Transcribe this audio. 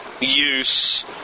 use